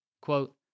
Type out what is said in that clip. Quote